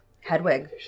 Hedwig